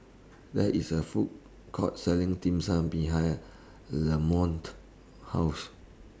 There IS A Food Court Selling Dim Sum behind Lamonte's House